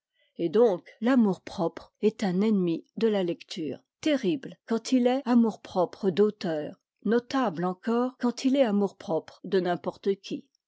et donc l'amour-propre est un ennemi de la lecture terrible quand il est amour-propre d'auteur notable encore quand il est amour-propre de n'importe qui